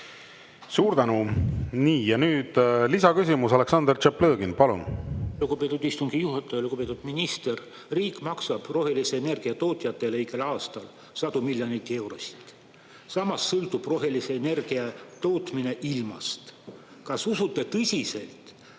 Suur tänu! Nii, ja nüüd lisaküsimus. Aleksandr Tšaplõgin, palun! Lugupeetud istungi juhataja! Lugupeetud minister! Riik maksab rohelise energia tootjatele igal aastal sadu miljoneid eurosid. Samas sõltub rohelise energia tootmine ilmast. Kas usute tõsiselt,